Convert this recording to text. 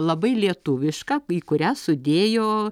labai lietuvišką į kurią sudėjo